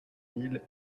mille